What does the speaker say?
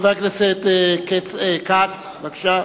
חבר הכנסת כץ, בבקשה.